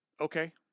okay